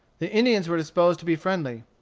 the indians were disposed to be friendly.